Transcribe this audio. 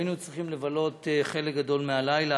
היינו צריכים לבלות חלק גדול מהלילה,